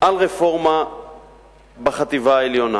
על רפורמה בחטיבה העליונה,